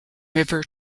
river